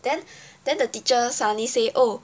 then then the teacher suddenly say oh